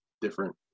different